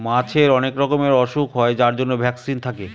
মাছের অনেক রকমের ওসুখ হয় যার জন্য ভ্যাকসিন থাকে